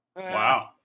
Wow